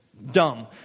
dumb